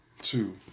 two